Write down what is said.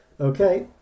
Okay